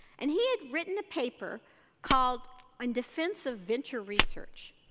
and he had written the paper called in defense of venture research,